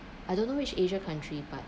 I don't know which asia country but